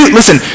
listen